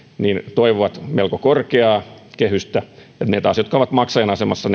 toivovat melko korkeaa kehystä ne jäsenmaat taas jotka ovat maksajan asemassa